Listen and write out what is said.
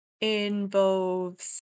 involves